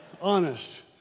Honest